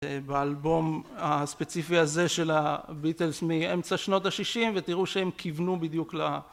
באלבום הספציפי הזה של הביטלס מאמצע שנות השישים ותראו שהם כיוונו בדיוק ל...